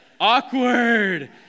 Awkward